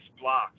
blocks